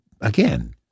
again